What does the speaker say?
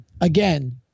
again